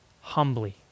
humbly